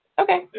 okay